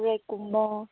ꯔꯦꯒꯀꯨꯝꯕ